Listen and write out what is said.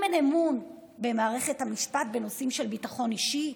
אם אין אמון במערכת המשפט בנושאים של ביטחון אישי,